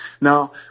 Now